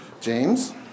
James